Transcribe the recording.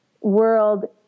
world